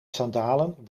sandalen